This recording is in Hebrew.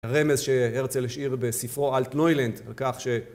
רמז שהרצל השאיר בספרו אלטנוילנד, וכך ש...